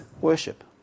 worship